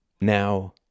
Now